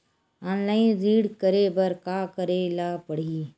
Online ऋण करे बर का करे ल पड़हि?